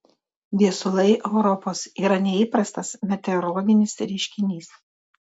viesulai europos yra neįprastas meteorologinis reiškinys